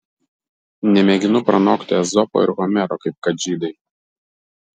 nemėginu pranokti ezopo ir homero kaip kad žydai